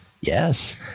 yes